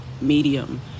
medium